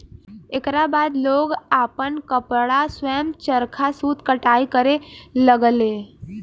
एकरा बाद लोग आपन कपड़ा स्वयं चरखा सूत कताई करे लगले